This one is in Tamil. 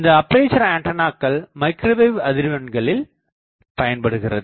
இந்த அப்பேசர் ஆண்டனாக்கள் மைக்ரோவேவ் அதிர்வெண்களில் பயன்படுகிறது